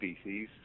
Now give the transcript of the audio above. species